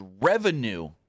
revenue